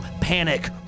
Panic